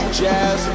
jazz